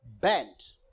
bent